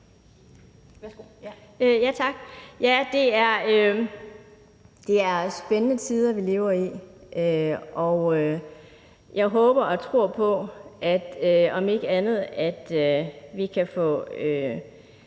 (RV): Tak. Ja, det er spændende tider, vi lever i. Og jeg håber og tror på, at vi om ikke andet kan få